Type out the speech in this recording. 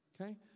Okay